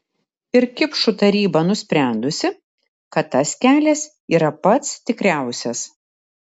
ir kipšų taryba nusprendusi kad tas kelias yra pats tikriausias